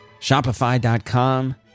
Shopify.com